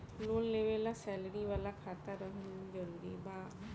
Loan लेवे ला salary वाला खाता रहल जरूरी बा?